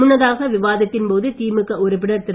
முன்னதாக விவாதத்தின் போது திமுக உறுப்பினர் திரு